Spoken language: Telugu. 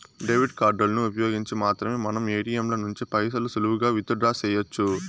డెబిట్ కార్డులను ఉపయోగించి మాత్రమే మనం ఏటియంల నుంచి పైసలు సులువుగా విత్ డ్రా సెయ్యొచ్చు